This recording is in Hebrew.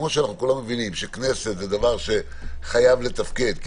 כמו שכולנו מבינים שכנסת זה דבר שחייב לתפקד כי